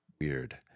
Weird